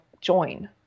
join